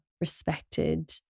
respected